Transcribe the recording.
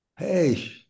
Hey